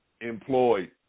employed